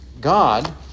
God